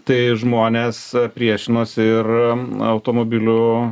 tai žmonės priešinosi ir automobilių